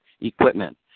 equipment